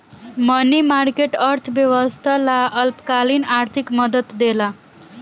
मनी market, अर्थव्यवस्था ला अल्पकालिक आर्थिक मदद देला